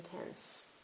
intense